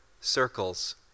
circles